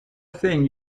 thing